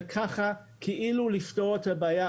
וככה כאילו לפתור את הבעיה.